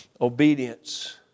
Obedience